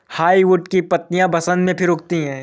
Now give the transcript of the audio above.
hardwood की पत्तियां बसन्त में फिर उगती हैं